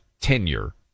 tenure